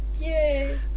...yay